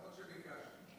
למרות שביקשנו.